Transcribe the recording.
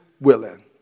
willing